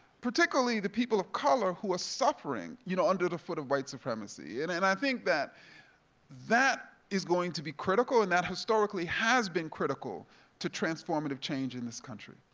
particularly the people of color who are ah suffering you know under the foot of white supremacy, and and i think that that is going to be critical and that historically has been critical to transformative change in this country.